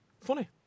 Funny